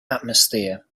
atmosphere